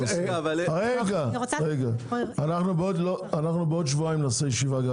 אנחנו בעוד שבועיים נעשה ישיבה.